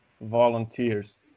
Volunteers